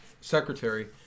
secretary